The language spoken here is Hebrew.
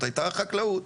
היתה חקלאות,